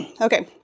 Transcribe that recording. Okay